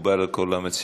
מקובל על כל המציעים?